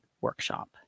workshop